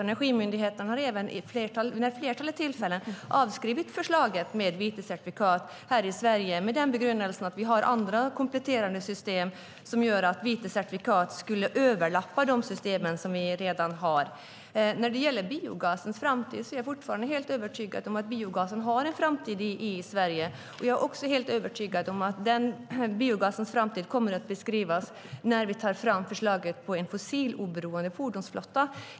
Energimyndigheten har vid ett flertal tillfällen avskrivit förslaget med vita certifikat här i Sverige på den grunden att vi har andra kompletterande system som gör att vita certifikat skulle överlappa de system som vi redan har. Jag är fortfarande helt övertygad om biogasen har en framtid i Sverige. Jag är också helt övertygad om att biogasens framtid kommer att beskrivas när vi tar fram förslaget om en fossiloberoende fordonsflotta.